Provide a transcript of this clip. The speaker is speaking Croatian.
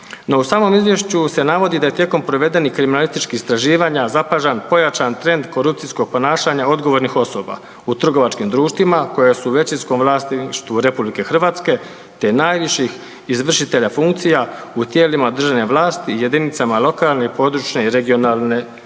u samom Izvješću se navodi da je tijekom provedenih kriminalističkih istraživanja zapažan pojačan trend korupcijskog ponašanja odgovornih osoba u trgovačkim društvima koja su u većinskom vlasništvu Republike Hrvatske te najviših izvršitelja funkcija u tijelima državne vlasti, jedinicama lokalne i područne i regionalne samouprave.